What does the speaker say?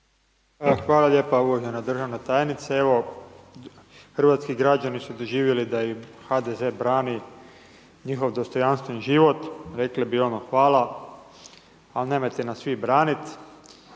Hvala lijepo uvažena državna tajnice, evo hrvatski građani su doživjeli da im HDZ brani njihov dostojanstven život, rekli bi ono hvala al nemojte nas vi branit.